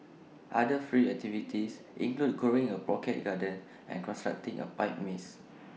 other free activities include growing A pocket garden and constructing A pipe maze